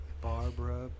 Barbara